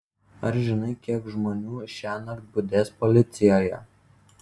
ar žinai kiek žmonių šiąnakt budės policijoje